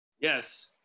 Yes